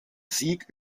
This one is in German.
sieg